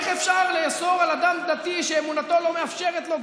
איך אפשר לאסור על אדם דתי שאמונתו לא מאפשרת לו,